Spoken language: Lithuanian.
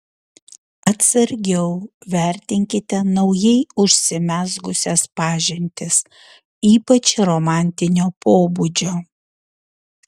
atsargiau vertinkite naujai užsimezgusias pažintis ypač romantinio pobūdžio